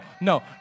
no